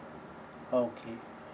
okay